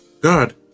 God